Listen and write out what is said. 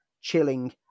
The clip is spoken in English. chilling